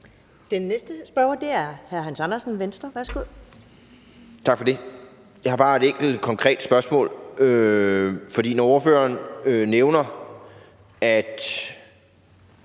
Den næste spørger er hr. Hans Andersen, Venstre. Værsgo. Kl. 15:28 Hans Andersen (V): Tak for det. Jeg har bare et enkelt konkret spørgsmål. Når ordføreren nævner, at